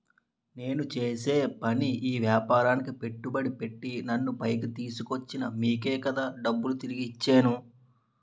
నేను చేసే ఈ వ్యాపారానికి పెట్టుబడి పెట్టి నన్ను పైకి తీసుకొచ్చిన మీకే కదా డబ్బులు తిరిగి ఇచ్చేను